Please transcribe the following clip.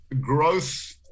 growth